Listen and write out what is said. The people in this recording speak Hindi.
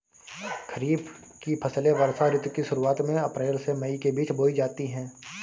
खरीफ की फसलें वर्षा ऋतु की शुरुआत में अप्रैल से मई के बीच बोई जाती हैं